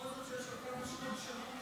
לפחות תקשיב למישהו שמבין בביטחון.